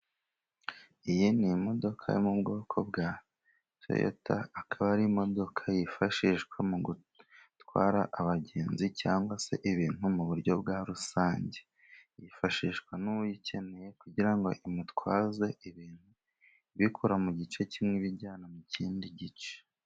Iyi n'imodoka yo mu bwoko bwa toyota, akaba ar'imodoka yifashishwa mu gutwara abagenzi cyangwa se ibintu mu buryo bwa rusange, yifashishwa n'uyikeneye kugira ngo imutwaze ibintu, ibikura mu gice kimwe ibijyana mu kindi gice.